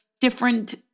different